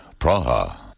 Praha